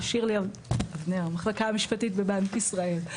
שירלי אבנר המחלקה המשפטית בבנק ישראל.